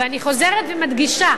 ואני חוזרת ומדגישה: